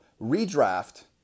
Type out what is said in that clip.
Redraft